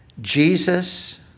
Jesus